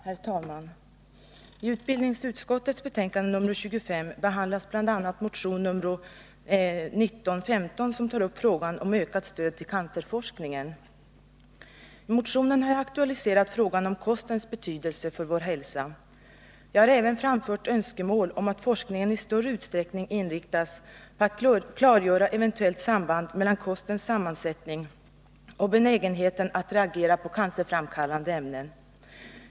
Herr talman! I utbildningsutskottets betänkande nr 25 behandlas bl.a. motionen 1915, som tar upp frågan om ökat stöd till cancerforskning. I motionen har jag aktualiserat frågan om kostens betydelse för vår hälsa. Jag har även framfört önskemål om att forskningen i större utsträckning inriktas på att klargöra eventuellt samband mellan kostens sammansättning och benägenheten att reagera på cancerframkallande ämnen.